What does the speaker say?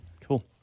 Cool